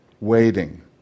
waiting